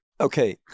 Okay